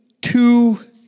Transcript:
two